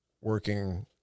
working